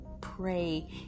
pray